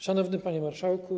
Szanowny Panie Marszałku!